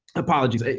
apologies,